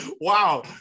Wow